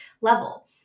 level